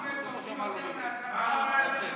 אחמד, תוציא יותר, החוצה.